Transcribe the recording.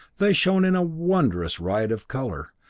they shone in a wonderous riot of color,